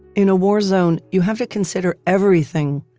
in a war zone, you have to consider everything.